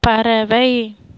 பறவை